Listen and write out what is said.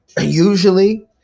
usually